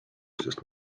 sest